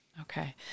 Okay